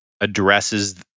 addresses